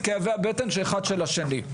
את כאבי הבטן אחד של השני.